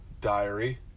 diary